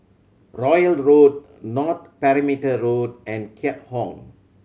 Royal Road North Perimeter Road and Keat Hong